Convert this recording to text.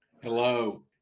Hello